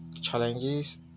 challenges